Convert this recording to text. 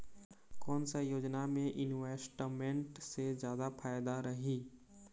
कोन सा योजना मे इन्वेस्टमेंट से जादा फायदा रही?